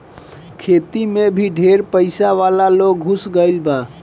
खेती मे भी ढेर पइसा वाला लोग घुस गईल बा